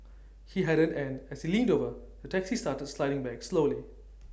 he hadn't and as he leaned over the taxi started sliding backwards slowly